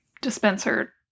dispenser